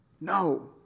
No